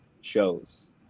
shows